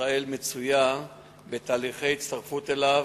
שישראל נמצאת בתהליך הצטרפות אליו,